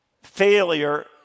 Failure